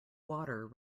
water